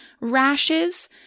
rashes